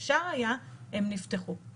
זה נמצא ליד בית